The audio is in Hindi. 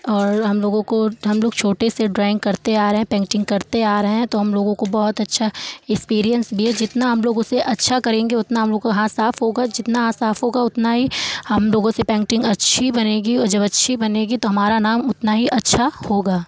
और हम लोगों को हम लोग छोटे से ड्राइंग करते आ रहे हैं पेंटिंग करते आ रहे हैं तो हम लोगों को बहुत अच्छा एक्सपीरिएन्स भी है जितना हम लोग उसे अच्छा करेंगे उतना हम लोगों को हाथ साफ होगा जितना हाथ साफ होगा उतना ही हम लोगों से पेंटिंग अच्छी बनेगी और जब अच्छी बनेगी तो हमारा नाम उतना ही अच्छा होगा